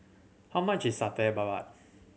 how much is Satay Babat